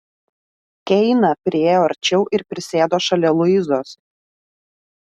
keina priėjo arčiau ir prisėdo šalia luizos